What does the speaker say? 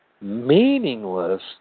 meaningless